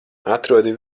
atrodi